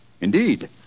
Indeed